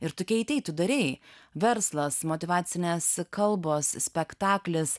ir tu keitei tu darei verslas motyvacinės kalbos spektaklis